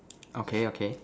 okay okay